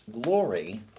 glory